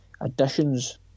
additions